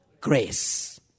grace